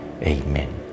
Amen